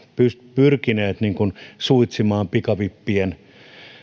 pyrkineet suitsimaan pikavippien